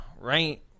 Right